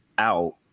out